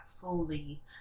fully